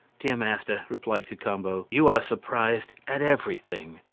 dear master, replied cacambo you are surprised at everything.